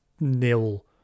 nil